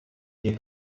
hier